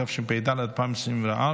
התשפ"ד 2024,